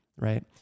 Right